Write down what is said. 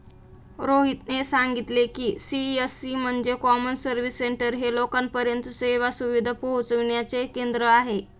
रोहितने सांगितले की, सी.एस.सी म्हणजे कॉमन सर्व्हिस सेंटर हे लोकांपर्यंत सेवा सुविधा पोहचविण्याचे केंद्र आहे